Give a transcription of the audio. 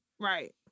Right